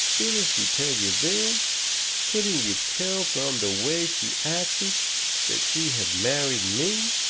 didn't she tell you then couldn't you tell from the way she acted that she had married me?